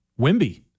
wimby